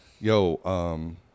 Yo